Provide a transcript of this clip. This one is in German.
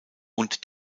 und